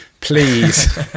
Please